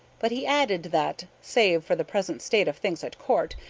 but he added that, save for the present state of things at court,